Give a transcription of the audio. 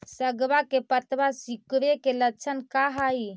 सगवा के पत्तवा सिकुड़े के लक्षण का हाई?